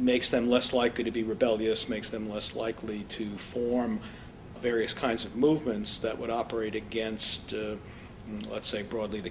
makes them less likely to be rebellious makes them less likely to form various kinds of movements that would operate against let's say broadly the